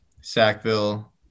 Sackville